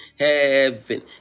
heaven